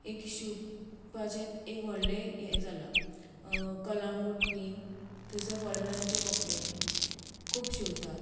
एक शिंवपाचें एक व्हडलें हे जाला कळंगूट बीं थंयसर फॉरेनरांचे कपडे खूब शिंवतात